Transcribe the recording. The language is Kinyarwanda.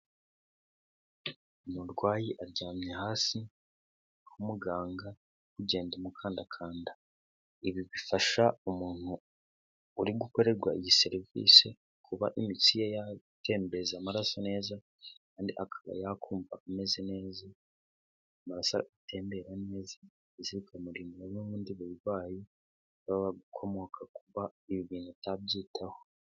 Umurwayi aryamye hasi, aho umuganga ari kugenda amukandakanda, ibi bifasha umuntu uri gukorerwa iyi serivisi kuba imitsi ye yatembereza amaraso neza kandi akaba yakumva ameze neza, amaraso atembera neza ndetse bikamunda n'ubundi burwayi bw'abakomoka ku kuba ibi bintu utabyitaho.